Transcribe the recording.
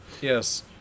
Yes